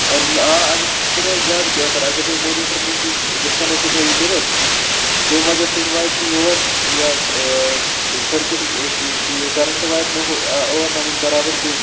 اَن آ اگر سُہ تہِ روزِ زیادٕ بہتر اگر تُہۍ مۄنیٖٹر نِشی ڈسکنیٚٹہٕ تھٲیو کٔرِتھ تمہِ وَجہ سۭتۍ واتہِ نہٕ یور یہِ حظ ٲں سٔرکیٚٹ کرنٹہٕ واتہِ نہٕ اوٗر تامَتھ بَرابر کیٚنٛہہ